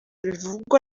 bivugwa